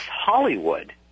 Hollywood